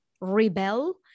rebel